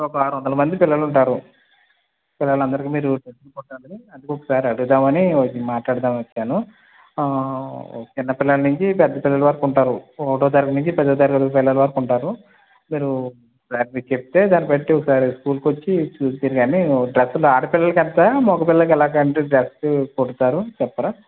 ఒక ఆరు వందల మంది పిల్లలు ఉంటారు పిల్లలు అందరికి మీరు డ్రెస్లు కుట్టాలి అందుకు ఒకసారి అడుగుదాం అని మాట్లాడుదామనని వచ్చాను చిన్న పిల్లలు నుంచి పెద్ద పిల్లలు వరకు ఉంటారు ఒకటో తరగతి నుండి పదో తరగతి పిల్లలు వరకు ఉంటారు మీరు చెప్తే దాన్ని బట్టి ఒకసారి స్కూల్కి వచ్చి చూద్దురు కాని డ్రెస్లు ఆడపిల్లలకి ఎంత మగ పిల్లలకి ఎలాగా అంటే డ్రెస్సు ఎలా కుడతారు చెప్పరా